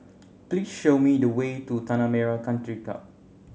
please show me the way to Tanah Merah Country Club